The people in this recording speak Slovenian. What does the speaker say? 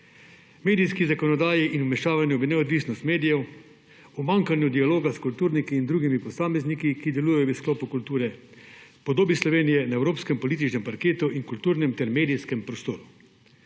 medijski zakonodaji in vmešavanju v neodvisnost medijev, umanjkanje dialoga s kulturniki in drugimi posamezniki, ki delujejo v sklopu kulture, podobi Slovenije na evropskem političnem parketu in kulturnem ter medijskem prostoru.